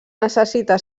necessita